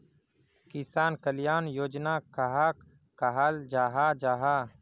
किसान कल्याण योजना कहाक कहाल जाहा जाहा?